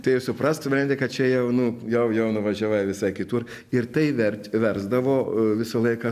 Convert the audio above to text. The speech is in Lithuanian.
tai jau suprask supranti kad čia jau nu jau jau nuvažiavai visai kitur ir tai verč versdavo visą laiką